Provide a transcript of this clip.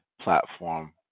platform